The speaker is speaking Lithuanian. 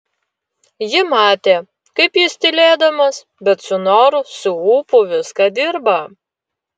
ji matė kaip jis tylėdamas bet su noru su ūpu viską dirba